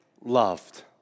loved